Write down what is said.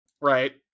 Right